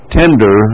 tender